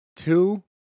Two